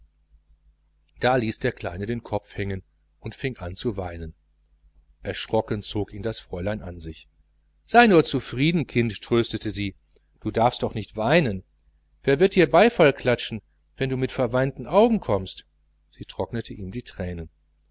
da ließ der kleine den kopf hängen und fing au zu weinen erschrocken zog ihn das fräulein an sich sei nur zufrieden kind tröstete sie du darfst doch nicht weinen wer wird dir beifall klatschen wenn du mit verweinten augen kommst sie trocknete ihm die tränen